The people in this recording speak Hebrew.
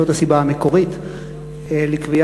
זאת הסיבה המקורית לקביעתו,